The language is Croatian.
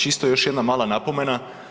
Čisto još jedna mala napomena.